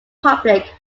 public